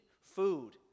food